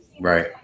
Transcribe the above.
Right